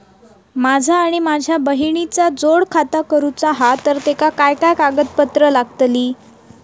माझा आणि माझ्या बहिणीचा जोड खाता करूचा हा तर तेका काय काय कागदपत्र लागतली?